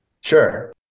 Sure